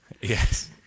Yes